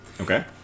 Okay